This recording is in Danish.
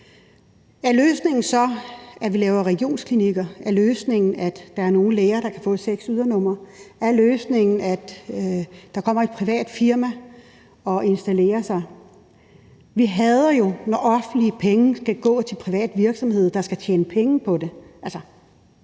Er løsningen så, at vi laver regionsklinikker? Er løsningen, at der er nogle læger, der kan få seks ydernumre? Er løsningen, at der kommer et privat firma og installerer sig? Vi hader jo, når offentlige penge skal gå til privat virksomhed, der skal tjene penge på det.